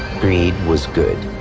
greed was good